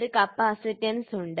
ഒരു കപ്പാസിറ്റൻസ് ഉണ്ട്